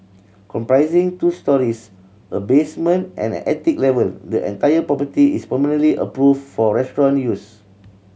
comprising two storeys a basement and an attic level the entire property is permanently approved for restaurant use